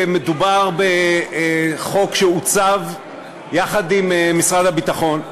מדובר בחוק שעוצב יחד עם משרד הביטחון,